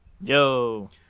Yo